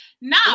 Now